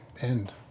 end